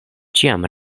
ĉiam